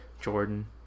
jordan